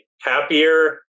happier